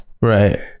right